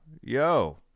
yo